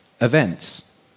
events